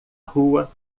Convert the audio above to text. rua